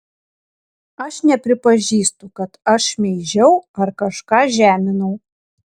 aš nepripažįstu kad aš šmeižiau ar kažką žeminau